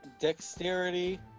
dexterity